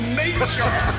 nature